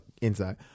inside